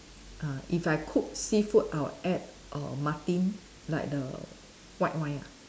uh if I cook seafood I will add err Martin like the white wine ah